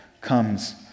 comes